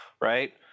right